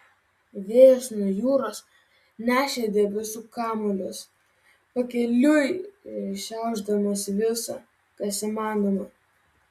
vėjas nuo jūros nešė debesų kamuolius pakeliui šiaušdamas visa kas įmanoma